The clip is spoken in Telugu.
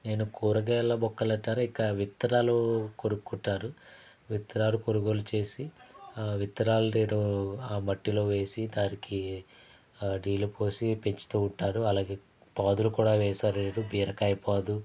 నేను కూరగాయల మొక్కలు అంటారా ఇంకా విత్తనాలు కొనుక్కుంటాను విత్తనాలు కొనుగోలు చేసి ఆ విత్తనాల్ని నేను ఆ మట్టిలో వేసి దానికి నీళ్లు పోసి పెంచుతూ ఉంటాను అలాగే పాదులు కూడా వేశా నేను బీరకాయ పాదు